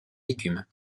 légumes